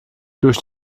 durch